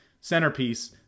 centerpiece